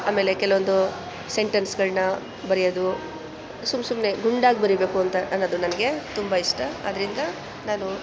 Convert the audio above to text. ಆಮೇಲೆ ಕೆಲವೊಂದು ಸೆಂಟೆನ್ಸ್ಗಳನ್ನ ಬರೆಯೋದು ಸುಮ್ ಸುಮ್ಮನೆ ದುಂಡಾಗಿ ಬರಿಬೇಕು ಅಂತ ಅನ್ನೋದು ನನಗೆ ತುಂಬ ಇಷ್ಟ ಆದ್ದರಿಂದ ನಾನು